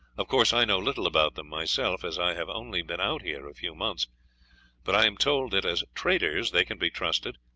of course, i know little about them myself, as i have only been out here a few months but i am told that as traders they can be trusted,